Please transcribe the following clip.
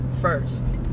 first